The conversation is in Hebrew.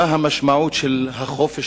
מה המשמעות של החופש,